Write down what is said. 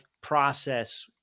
process